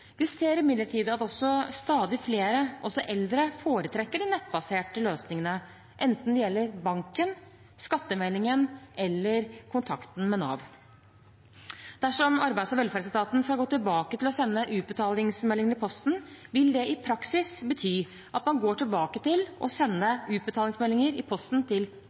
Vi ser imidlertid at også stadig flere, også eldre, foretrekker de nettbaserte løsningene, enten det gjelder banken, skattemeldingen eller kontakten med Nav. Dersom Arbeids- og velferdsetaten skal gå tilbake til å sende utbetalingsmeldingene i posten, vil det i praksis bety at man går tilbake til å sende utbetalingsmeldinger i posten til